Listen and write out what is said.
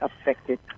affected